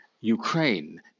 Ukraine